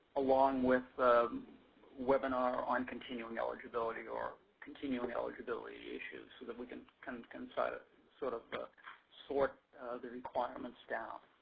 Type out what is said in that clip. along with the webinar on continuing eligibility or continuing eligibility issues so that we can kind of can sort of sort of but sort the requirements down.